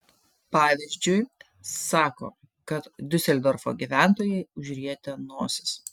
pavyzdžiui sako kad diuseldorfo gyventojai užrietę nosis